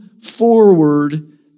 forward